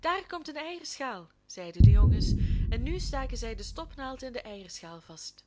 daar komt een eierschaal zeiden de jongens en nu staken zij de stopnaald in de eierschaal vast